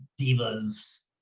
divas